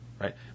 Right